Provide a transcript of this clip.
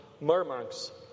Murmansk